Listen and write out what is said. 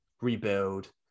rebuild